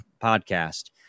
podcast